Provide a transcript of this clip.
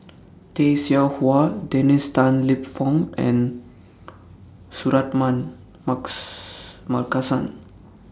Tay Seow Huah Dennis Tan Lip Fong and Suratman Marks Markasan